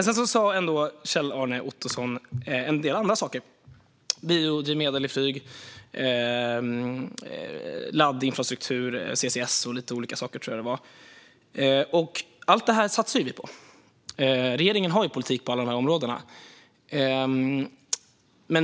Sedan tog Kjell-Arne Ottosson upp en del andra saker - biodrivmedel för flyg, laddinfrastruktur, CCS och lite olika saker. Allt detta satsar ju vi på. Regeringen har politik på alla de här områdena.